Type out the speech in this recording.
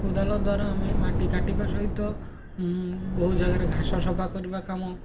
କୋଦାଳ ଦ୍ୱାରା ଆମେ ମାଟି କାଟିବା ସହିତ ବହୁ ଜାଗାରେ ଘାସ ସଫା କରିବା କାମ